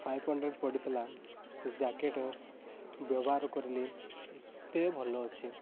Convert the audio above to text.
five hundred ପଡ଼ିଥିଲା ସେ jacket ବ୍ୟବହାର କରିଲି ଏତେ ଭଲ ଅଛି